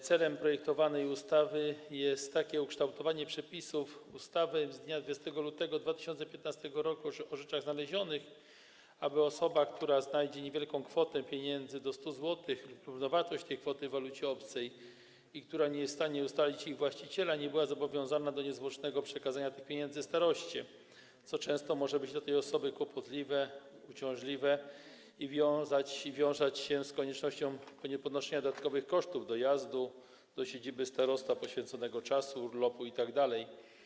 Celem projektowanej ustawy jest takie ukształtowanie przepisów ustawy z dnia 20 lutego 2015 r. o rzeczach znalezionych, aby osoba, która znajdzie niewielką kwotę pieniędzy do 100 zł lub równowartość tej kwoty w walucie obcej i która nie jest w stanie ustalić ich właściciela, nie była zobowiązania do niezwłocznego przekazania tych pieniędzy staroście, co często może być dla tej osoby kłopotliwe, uciążliwe i wiązać się z koniecznością ponoszenia dodatkowych kosztów dojazdu do siedziby starosty, poświęcenia czasu, urlopu itd.